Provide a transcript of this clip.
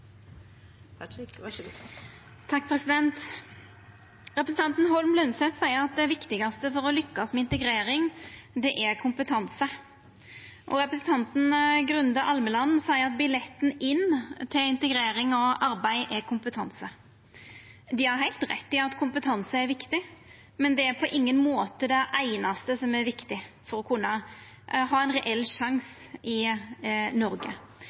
kompetanse, og representanten Grunde Almeland seier at billetten inn til integrering og arbeid er kompetanse. Dei har heilt rett i at kompetanse er viktig, men det er på ingen måte det einaste som er viktig for å kunna ha ein reell sjanse i Noreg.